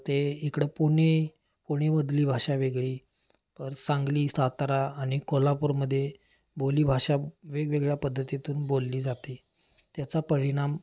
ते इकडं पुणे पुणेमधली भाषा वेगळी तर सांगली सातारा आणि कोल्हापूरमध्ये बोलीभाषा वेगवेगळ्या पद्धतीतून बोलली जाते त्याचा परिणाम